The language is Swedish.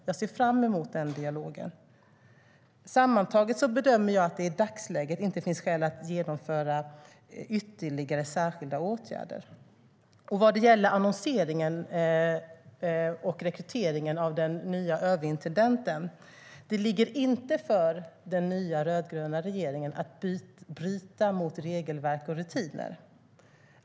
Jag ser fram emot den dialogen. Vad gäller annonseringen och rekryteringen av den nya överintendenten vill jag säga: Det ligger inte för den nya rödgröna regeringen att bryta mot regelverk och rutiner.